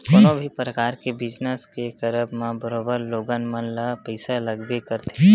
कोनो भी परकार के बिजनस के करब म बरोबर लोगन मन ल पइसा लगबे करथे